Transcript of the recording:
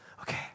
Okay